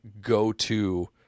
go-to